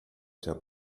der